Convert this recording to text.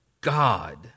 God